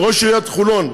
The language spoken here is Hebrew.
ראש עיריית חולון?